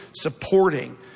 supporting